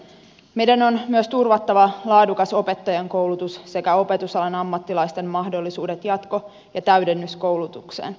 meidän on myös turvattava laadukas opettajankoulutus sekä opetusalan ammattilaisten mahdollisuudet jatko ja täydennyskoulutukseen